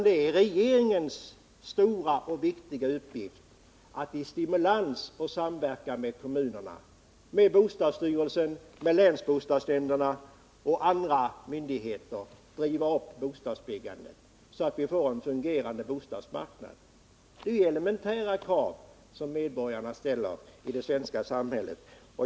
Det är regeringens stora och viktiga uppgift att ge stimulans och samverka med kommunerna, bostadsstyrelsen, länsbostadsnämnderna och andra myndigheter för att driva upp bostadsbyggandet, så att vi får en fungerande bostadsmarknad. Det är elementära krav som medborgarna ställer i det svenska samhället.